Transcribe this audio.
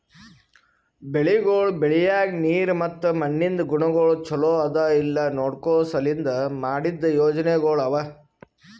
ಬೆಳಿಗೊಳ್ ಬೆಳಿಯಾಗ್ ನೀರ್ ಮತ್ತ ಮಣ್ಣಿಂದ್ ಗುಣಗೊಳ್ ಛಲೋ ಅದಾ ಇಲ್ಲಾ ನೋಡ್ಕೋ ಸಲೆಂದ್ ಮಾಡಿದ್ದ ಯೋಜನೆಗೊಳ್ ಅವಾ